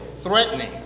threatening